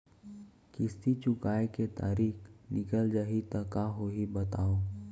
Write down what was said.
किस्ती चुकोय के तारीक निकल जाही त का होही बताव?